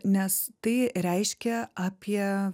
nes tai reiškia apie